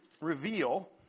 reveal